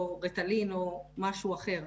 או ריטאלין או משהו אחר.